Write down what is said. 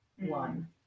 one